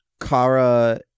Kara